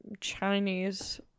Chinese